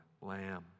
lamb